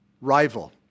rival